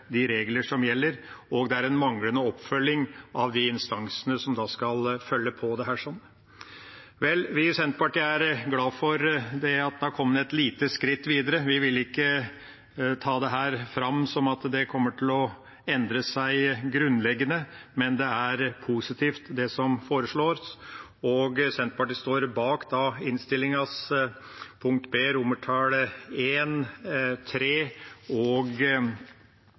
oppfølging av instansene som skal følge opp dette. Vi i Senterpartiet er glade for at dette har kommet et lite skritt videre. Vi vil ikke ta dette fram som at det kommer til å endre seg grunnleggende, men det som foreslås, er positivt. Senterpartiet står bak B I, III og